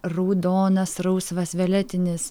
raudonas rausvas violetinis